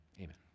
amen